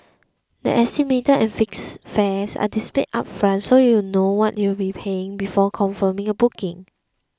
the estimated and fixed fares are displayed upfront so you know what you'll be paying before confirming a booking